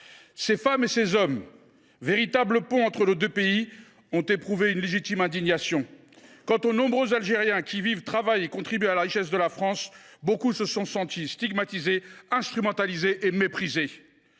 Ces femmes et ces hommes, véritables ponts entre nos deux pays, ont éprouvé une légitime indignation. Quant aux nombreux Algériens qui vivent et travaillent en France et contribuent à la richesse de notre pays, beaucoup se sont sentis stigmatisés, instrumentalisés et méprisés.